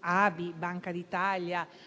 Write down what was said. ABI, Banca d'Italia e